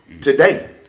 Today